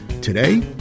today